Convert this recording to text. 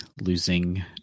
losing